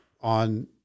on